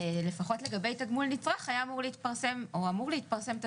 ולפחות לגבי תגמול נצרך אמור להתפרסם תזכיר